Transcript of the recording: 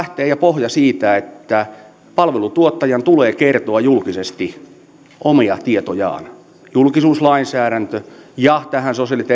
palveluja lainsäädännöt ja niiden pohja lähtevät siitä että palvelutuottajan tulee kertoa julkisesti omia tietojaan niin julkisuuslainsäädännössä tässä sosiaali ja